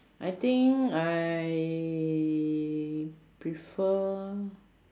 I think I prefer